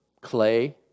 clay